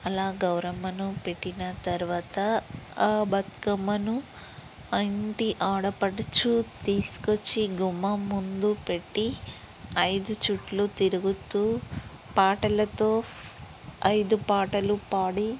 అలా గౌరమ్మను పెట్టిన తర్వాత ఆ బతుకమ్మను ఆ ఇంటి ఆడపడుచు తీసుకొచ్చి గుమ్మం ముందు పెట్టి ఐదు చుట్లు తిరుగుతూ పాటలతో ఐదు పాటలు పాడి